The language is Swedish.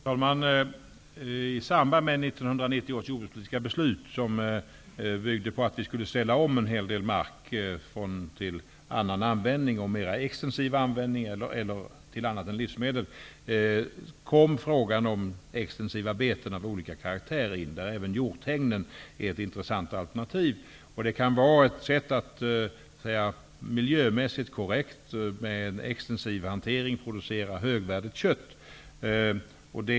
Herr talman! I samband med 1990 års jordbrukspolitiska beslut, som byggde på att vi skulle ställa om en hel del mark till annan användning och mer extensiv användning eller till annat än livsmedel, kom frågan om extensiva beten av olika karaktär upp, där även hjorthägn, är ett intressant alternativ. Det kan vara ett sätt att miljömässigt korrekt, med en extensiv hantering, producera högvärdigt kött.